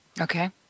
Okay